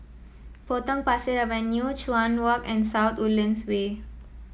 Potong Pasir Avenue Chuan Walk and South Woodlands Way